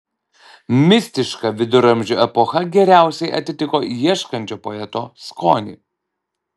mistiška viduramžių epocha geriausiai atitiko ieškančio poeto skonį